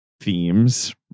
themes